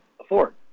Afford